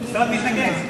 המשרד מתנגד.